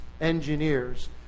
engineers